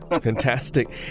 fantastic